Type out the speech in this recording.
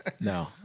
no